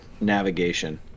navigation